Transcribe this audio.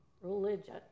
religion